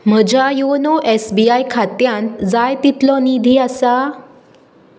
म्हज्या YONO S B I खात्यान जाय तितलो निधी आसा